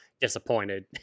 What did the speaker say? disappointed